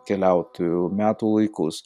keliautojų metų laikus